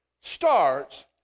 starts